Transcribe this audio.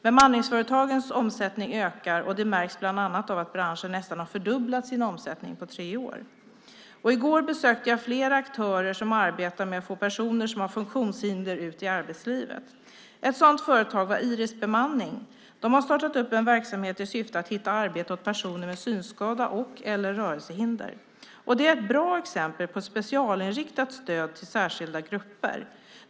Bemanningsföretagens omsättning ökar, och det märks bland annat av att branschen nästan har fördubblat sin omsättning på tre år. I går besökte jag flera aktörer som arbetar med att få personer med funktionshinder ut i arbetslivet. Ett sådant företag var Iris Bemanning. De har startat en verksamhet i syfte att hitta arbete åt personer med synskada och/eller rörelsehinder. Det är ett bra exempel på specialinriktat stöd till särskilda grupper.